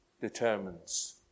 Determines